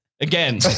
Again